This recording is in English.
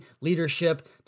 leadership